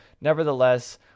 nevertheless